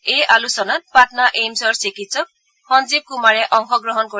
এই আলোচনাত পাটনা এইমছৰ চিকিৎসক সঞ্জীৱ কুমাৰে অংশগ্ৰহণ কৰিব